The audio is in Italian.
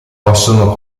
possono